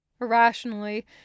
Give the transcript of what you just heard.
Irrationally